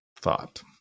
thought